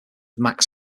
max